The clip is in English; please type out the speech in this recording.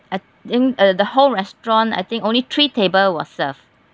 I think the the whole restaurant I think only three table was served